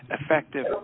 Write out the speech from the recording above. effective